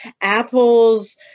apples